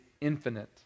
infinite